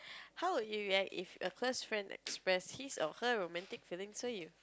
how would you react if a close friend express his or her romantic feelings for you